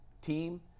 team